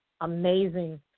amazing